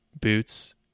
boots